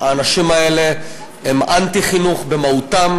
האנשים האלה הם אנטי-חינוך במהותם.